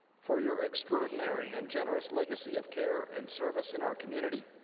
for your extraordinary and generous legacy of care and service in our community